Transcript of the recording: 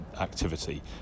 activity